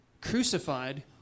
crucified